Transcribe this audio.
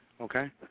Okay